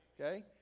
Okay